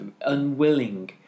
unwilling